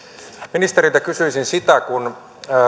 ministeriltä kysyisin kun